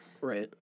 right